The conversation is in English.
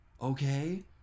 okay